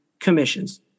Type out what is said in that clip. commissions